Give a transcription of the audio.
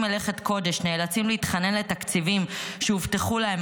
מלאכת קודש נאלצים להתחנן לתקציבים שהובטחו להם,